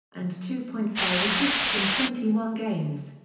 and two point five assists in twenty one games.